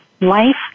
life